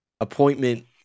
Appointment